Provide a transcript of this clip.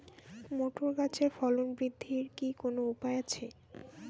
Motor গাছের ফলন বৃদ্ধির কি কোনো উপায় আছে?